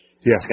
Yes